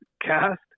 cast